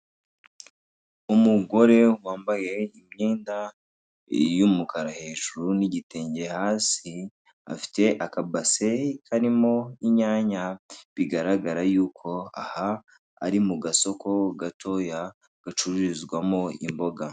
Umugore wambaye imyenda y'umukara hejuru n'igitenge hasi, afite akabase karimo inyanya, bigaragara yuko aha ari mu gasoko gatoya, gacururizwamo imboga.